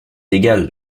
égal